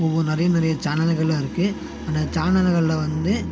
ஒவ்வொரு நிறைய நிறைய சேனல்கள்லாம் இருக்குது அந்த சேனல்கள்ல வந்து